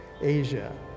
Asia